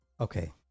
Okay